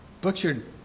butchered